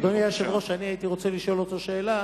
היושב-ראש, הייתי רוצה לשאול אותו שאלה,